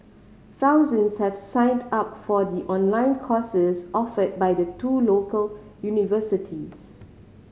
thousands have signed up for the online courses offered by the two local universities